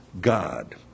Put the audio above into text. God